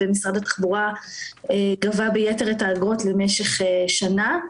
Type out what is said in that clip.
ומשרד התחבורה גבה ביתר את האגרות במשך שנה.